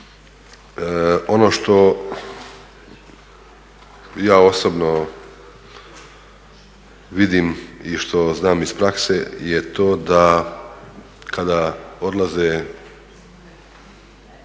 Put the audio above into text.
Ono što ja osobno vidim i što znam iz prakse je to da kada odlaze